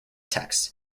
text